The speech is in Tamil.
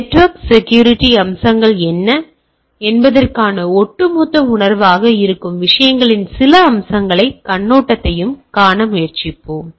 நெட்வொர்க் செக்யூரிட்டி அம்சங்கள் என்ன என்பதற்கான ஒட்டுமொத்த உணர்வாக இருக்கும் விஷயங்களின் சில அம்சங்களையும் கண்ணோட்டத்தையும் காண முயற்சிப்போம்